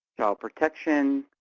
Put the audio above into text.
child protection,